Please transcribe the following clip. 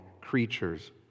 creatures